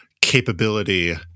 capability